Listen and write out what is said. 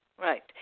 Right